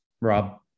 Rob